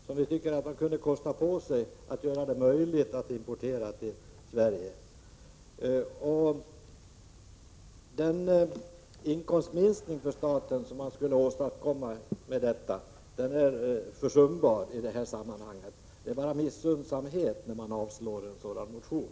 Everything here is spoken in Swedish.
Enligt vår mening bör vi kunna kosta på oss att göra det möjligt att importera sådana till Sverige. Den inkomstminskning för staten som detta skulle föranleda är försumbar i det här sammanhanget. Det är bara fråga om missunnsamhet när man avstyrker en sådan motion.